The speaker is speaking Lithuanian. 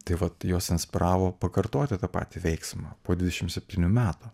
tai vat juos inspiravo pakartoti tą patį veiksmą po dvidešimt septynių metų